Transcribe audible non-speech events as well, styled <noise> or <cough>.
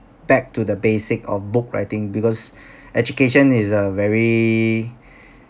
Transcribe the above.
back to the basic of book writing because <breath> education is a very